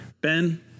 Ben